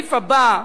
בסעיף הבא: